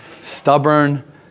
stubborn